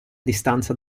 distanza